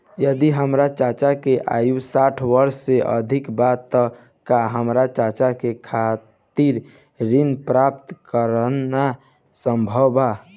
यदि हमार चाचा के आयु साठ वर्ष से अधिक बा त का हमार चाचा के खातिर ऋण प्राप्त करना संभव बा?